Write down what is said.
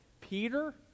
Peter